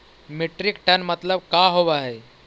Metric ton मतलब का होव हइ?